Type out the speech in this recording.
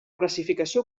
classificació